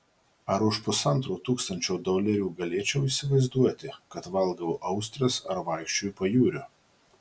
ar už pusantro tūkstančio dolerių galėčiau įsivaizduoti kad valgau austres ar vaikščioju pajūriu